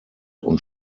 und